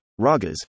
RAGAS